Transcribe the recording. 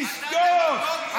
תשתוק.